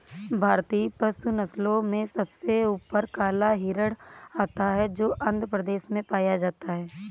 भारतीय पशु नस्लों में सबसे ऊपर काला हिरण आता है जो आंध्र प्रदेश में पाया जाता है